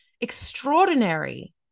extraordinary